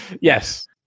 yes